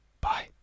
Bye